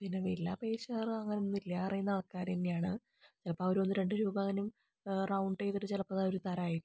പിന്നെ വില പെശാറ് അങ്ങനൊന്നുമില്ല അറിയുന്ന ആൾക്കാർ തന്നെയാണ് ചിലപ്പോൾ അവർ ഒന്ന് രണ്ട് രൂപ എങ്ങാനും റൗണ്ടെയ്തിട്ട് ചിലപ്പോൾ അവർ തരുമായിരിക്കും